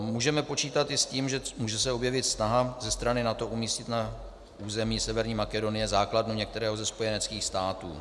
Můžeme počítat i s tím, že se může objevit snaha ze strany NATO umístit na území Severní Makedonie základnu některého ze spojeneckých států.